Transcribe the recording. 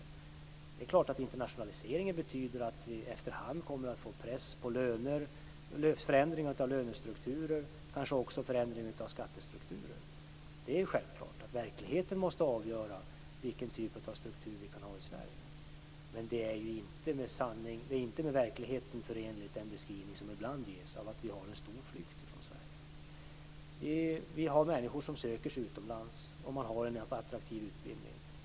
Det är klart att internationaliseringen betyder att vi efter hand kommer att få press på löner och förändring av lönestrukturer och kanske också förändring av skattestrukturer. Det är självklart att verkligheten måste avgöra vilken typ av struktur som vi kan ha i Sverige. Men den beskrivning som ibland ges av att vi har en stor flykt från Sverige är ju inte förenligt med verkligheten. Vi har människor som har en attraktiv utbildning som söker sig utomlands.